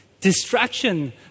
distraction